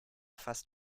fast